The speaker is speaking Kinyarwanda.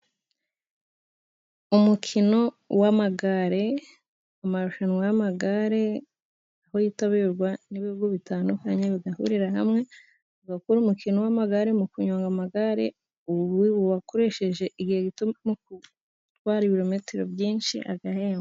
Umukino w'amagare mu marushanwa y'amagare aho yitabirwa n'ibihugu bitandukanyebagahurira hamwe. b Bakora umukino w'amagare mu kunyonga amagare bakoresheje igihe gito mu gutwara ibirometero byinshi agahembwa.